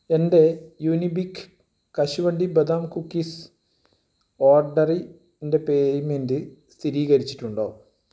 എന്റെ യുനിബിക്ക് കശുവണ്ടി ബദാം കുക്കീസ് ഓർഡറിന്റെ പേയ്മെൻ്റ് സ്ഥിരീകരിച്ചിട്ടുണ്ടോ